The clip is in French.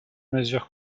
mesure